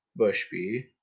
bushby